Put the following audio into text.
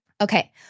Okay